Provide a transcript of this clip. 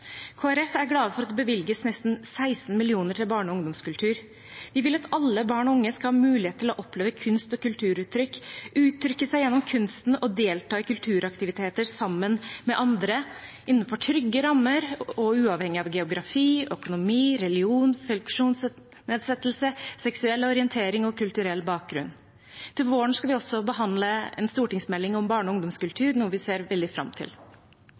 er glad for at det bevilges nesten 16 mill. kr til barne- og ungdomskultur. Vi vil at alle barn og unge skal ha mulighet til å oppleve kunst- og kulturuttrykk, uttrykke seg gjennom kunsten og delta i kulturaktiviteter sammen med andre – innenfor trygge rammer og uavhengig av geografi, økonomi, religion, funksjonsnedsettelse, seksuell orientering og kulturell bakgrunn. Til våren skal vi også behandle en stortingsmelding om barne- og ungdomskultur, noe vi ser veldig fram til.